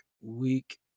week